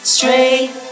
Straight